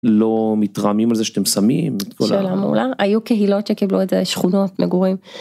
- לא מתרעמים על זה שאתם שמים את כל ה...? - שאלה מעולה. היו קהילות שקיבלו את זה - שכונות, מגורים.